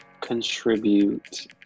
contribute